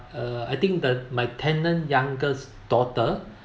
uh I think the my tenant youngest daughter